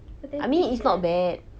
but then is like